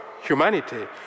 humanity